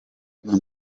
non